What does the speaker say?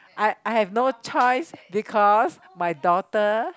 I I have no choice because my daughter